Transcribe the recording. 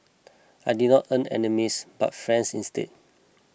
I did not earn enemies but friends instead